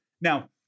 Now